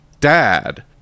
dad